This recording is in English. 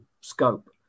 scope